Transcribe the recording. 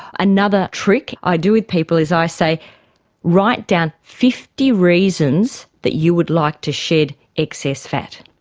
another trick i do with people is i say write down fifty reasons that you would like to shed excess fat.